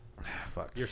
Fuck